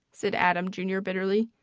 said adam, jr, bitterly.